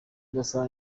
ndasaba